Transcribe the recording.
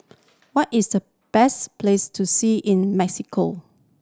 what is the best place to see in Mexico